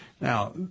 Now